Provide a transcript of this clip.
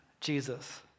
Jesus